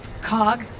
Cog